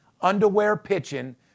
underwear-pitching